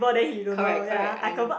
correct correct I know